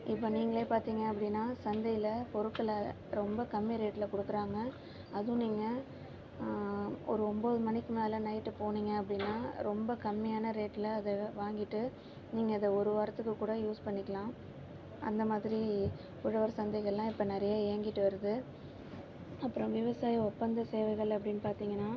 இப்போ நீங்களே பார்த்திங்க அப்படின்னா சந்தையில பொருட்களை ரொம்ப கம்மி ரேட்ல கொடுக்குறாங்க அதுவும் நீங்கள் ஒரு ஒன்போது மணிக்கு மேலே நைட்டு போனீங்கள் அப்படின்னா ரொம்ப கம்மியான ரேட்ல அதை வாங்கிட்டு நீங்கள் அதை ஒரு வாரத்துக்கு கூட யூஸ் பண்ணிக்கலாம் அந்த மாதிரி உழவர் சந்தைகளெலாம் இப்போ நிறையா இயங்கிட்டு வருது அப்புறம் விவசாய ஒப்பந்த சேவைகள்ல அப்படின்னு பார்த்திங்கனா